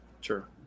Sure